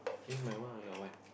bring my one or your one